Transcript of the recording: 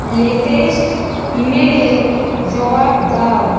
latest ইমেলের জবাব দাও